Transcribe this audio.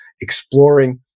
exploring